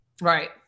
Right